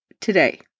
Today